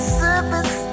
surface